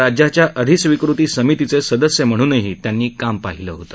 राज्याच्या अधिस्वीकृती समितीचे सदस्य म्हणूनही त्यांनी काम पाहिलं होतं